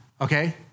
Okay